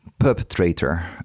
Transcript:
perpetrator